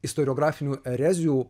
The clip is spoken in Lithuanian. istoriografinių erezijų